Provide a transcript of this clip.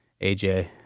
AJ